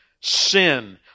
sin